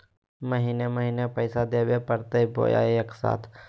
महीने महीने पैसा देवे परते बोया एके साथ?